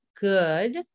good